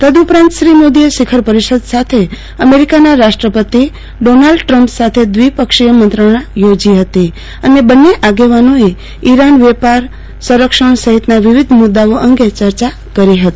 તદઉપરાંત શ્રી મોદીએ શિખર પરિષદની સાથે અમેરિકાના રાષ્ટ્રપતિ ડોનનાલ્ડ ટ્રમ્પ સાથે ક્રિપક્ષીય મંત્રણાં યોજી હતી અને આગેનોએ ઈરાન વ્યાપારસંરક્ષણ સહિતના વિવિધ મુદાઓ અંદે ચર્ચા કરી હતી